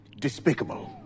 Despicable